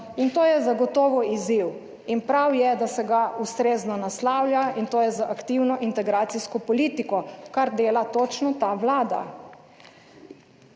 To je zagotovo izziv in prav je, da se ga ustrezno naslavlja in to je za aktivno integracijsko politiko, kar dela točno ta vlada.